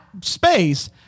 space